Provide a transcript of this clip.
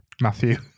matthew